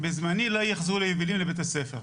בזמני לא יחזרו היבילים לבית הספר..".